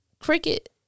Cricket